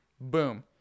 Boom